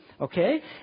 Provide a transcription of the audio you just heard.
okay